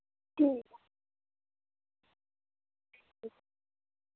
ठीक